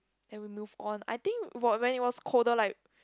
and we move on I think whe~ when it was colder like